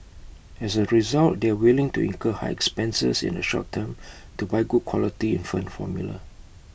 as A result they are willing to incur high expenses in the short term to buy good quality infant formula